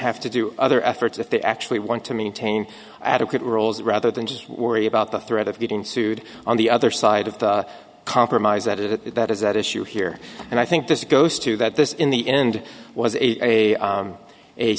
have to do other efforts if they actually want to maintain adequate rules rather than just worry about the threat of getting sued on the other side of the compromise that it that is at issue here and i think this goes to that this in the end was a